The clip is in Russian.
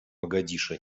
могадишо